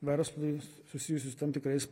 verslui susijusių su tam tikrais